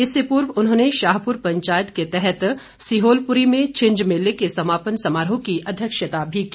इससे पूर्व उन्होंने शाहपुर पंचायत के तहत सिहोलपुरी में छिंज मेले के समापन समारोह की अध्यक्षता भी की